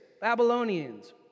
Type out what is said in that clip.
Babylonians